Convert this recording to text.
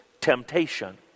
temptation